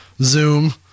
Zoom